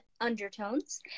undertones